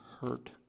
hurt